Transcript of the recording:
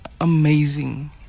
amazing